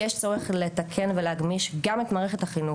יש צורך לתקן ולהגמיש גם את מערכת החינוך,